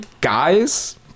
guys